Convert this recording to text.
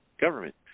government